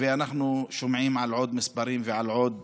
ואנחנו שומעים על עוד מספרים ועל עוד